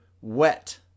wet